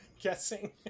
Guessing